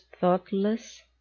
thoughtless